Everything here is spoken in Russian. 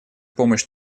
помощь